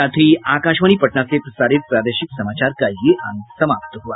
इसके साथ ही आकाशवाणी पटना से प्रसारित प्रादेशिक समाचार का ये अंक समाप्त हुआ